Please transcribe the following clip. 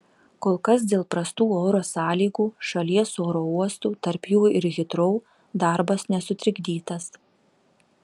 kol kas dėl prastų oro sąlygų šalies oro uostų tarp jų ir hitrou darbas nesutrikdytas